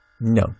No